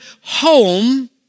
home